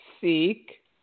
Seek